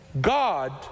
God